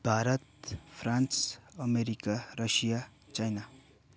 Bharat France America Russia China